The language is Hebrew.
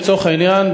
לצורך העניין,